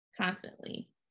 constantly